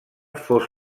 fos